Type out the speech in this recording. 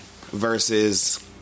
versus